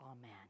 amen